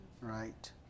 right